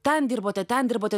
ten dirbote ten dirbote